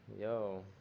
Yo